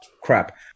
crap